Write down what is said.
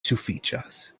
sufiĉas